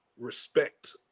respect